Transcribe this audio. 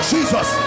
Jesus